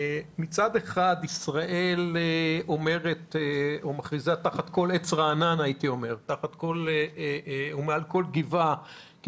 מצד אחד ישראל אומרת או מכריזה תחת כל עץ רענן ומעל כל גבעה כי